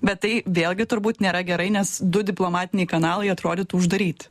bet tai vėlgi turbūt nėra gerai nes du diplomatiniai kanalai atrodytų uždaryti